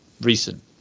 recent